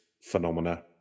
phenomena